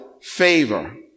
favor